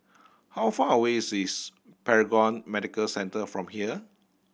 how far away is is Paragon Medical Centre from here